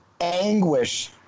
anguish